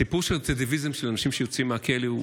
הסיפור של רצידיביזם של אנשים שיוצאים מהכלא הוא